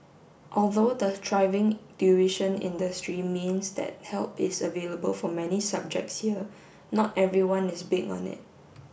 although the thriving tuition industry means that help is available for many subjects here not everyone is big on it